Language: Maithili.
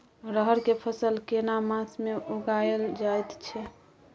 रहर के फसल केना मास में उगायल जायत छै?